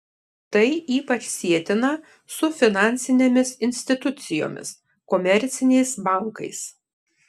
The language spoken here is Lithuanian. tai ypač sietina su finansinėmis institucijomis komerciniais bankais